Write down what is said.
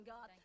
God